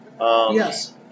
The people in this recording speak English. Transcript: Yes